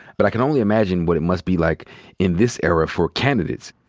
but i can only imagine what it must be like in this era for candidates.